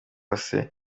bicaye